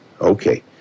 Okay